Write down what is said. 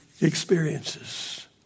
experiences